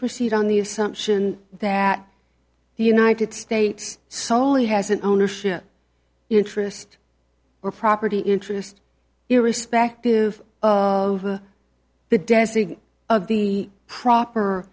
proceed on the assumption that the united states solely has an ownership interest or property interest irrespective of the density of the proper